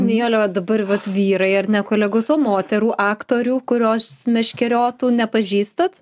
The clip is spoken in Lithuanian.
nijole o dabar vat vyrai ar ne kolegos o moterų aktorių kurios meškeriotų nepažįstat